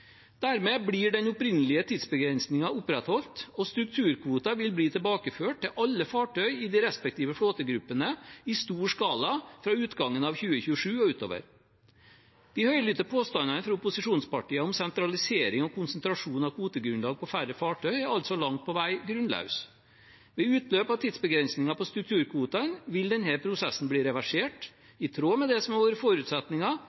Dermed blir den opprinnelige tidsbegrensningen opprettholdt, og strukturkvotene vil bli tilbakeført til alle fartøy i de respektive flåtegruppene i stor skala fra utgangen av 2027 og utover. De høylytte påstandene fra opposisjonspartiene om sentralisering og konsentrasjon av kvotegrunnlag på færre fartøy er altså langt på vei grunnløse. Ved utløpet av tidsbegrensningen for strukturkvotene vil denne prosessen bli reversert